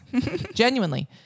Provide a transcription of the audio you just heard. Genuinely